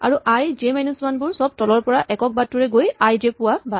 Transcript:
আৰু I J one বোৰ চব তলৰ পৰা একক বাটেৰে গৈ আই জে পোৱা বাট